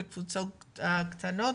בקבוצות קטנות